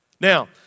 Now